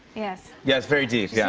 yes. yeah, it's very deep, yeah.